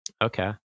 Okay